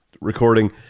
recording